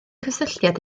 cysylltiad